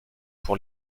pour